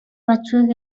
batzuek